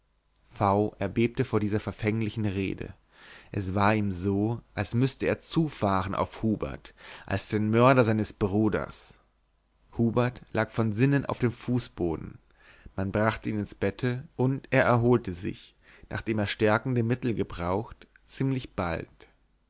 v erbebte vor dieser verfänglichen rede es war ihm so als müsse er zufahren auf hubert als den mörder seines bruders hubert lag von sinnen auf dem fußboden man brachte ihn ins bette und er erholte sich nachdem er stärkende mittel gebraucht ziemlich bald